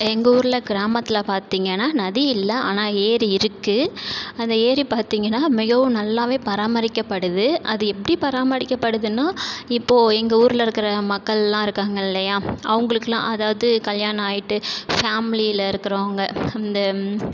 எங்கள் ஊரில் கிராமத்தில் பார்த்திங்கன்னா நதி இல்லை ஆனால் ஏரி இருக்கு அந்த ஏரி பார்த்திங்கன்னா மிகவும் நல்லா பராமரிக்கப்படுது அது எப்படி பராமரிக்கப்படுதுன்னா இப்போது எங்கள் ஊரில் இருக்கிற மக்கள்லாம் இருக்காங்க இல்லையா அவங்களுக்கெல்லாம் அதாவது கல்யாணம் ஆகிட்டு ஃபேமிலியில் இருக்கிறவங்க அந்த